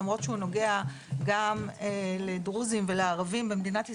למרות שהוא נוגע גם לדרוזים ולערבים במדינת ישראל,